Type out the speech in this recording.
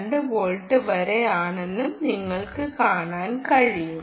2 volt വരെയാണെന്നും നിങ്ങൾക്ക് കാണാൻ കഴിയും